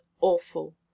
awful